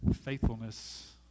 faithfulness